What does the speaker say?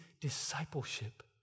discipleship